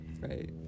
right